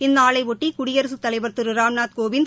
இந்நாளையொட்டி குடியரசுத் தலைவர் திரு ராம்நாத்கோவிந்த்